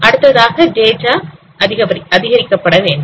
அடுத்ததாக டேட்டா அதிகரிக்கப்பட வேண்டும்